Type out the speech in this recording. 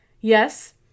Yes